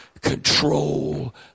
control